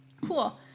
cool